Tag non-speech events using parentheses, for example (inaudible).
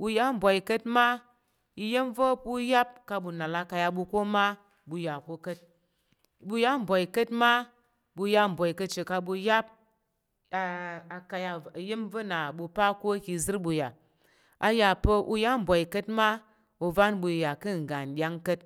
Ɓu ya mbwai ka̱t ma iya̱m va̱ pa̱ yap kang ɓu nal a ka̱ ya ɓu kuma ɓu ya ko ka̱t ɓu ya ɲbwai ka̱t ma ɓu ya mbwai kaci kong ɓu ya pa̱ (hesitation) a ka̱ ya yin vena ɓu pa̱ ko ka̱ zər ɓu ya iya pa̱ uya mbwai ka̱t ma ovan bu iya ka̱ ngga ndyang ka̱t